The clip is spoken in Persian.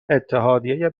اتحادیه